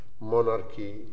monarchy